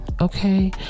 okay